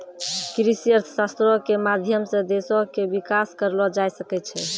कृषि अर्थशास्त्रो के माध्यम से देशो के विकास करलो जाय सकै छै